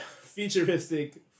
futuristic